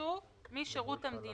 שפרשו משירות המדינה,